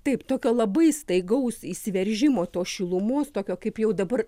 taip tokio labai staigaus įsiveržimo tos šilumos tokio kaip jau dabar